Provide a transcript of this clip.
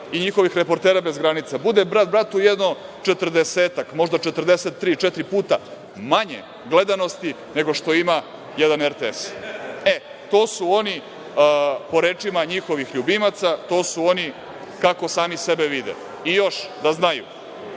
i njihovih reportera bez granica, bude brat bratu jedno četrdesetak, možda 43, četiri puta manje gledanosti nego što ima jedan RTS.To su oni, po rečima njihovih ljubimaca, kako sami sebe vide. Još da znaju,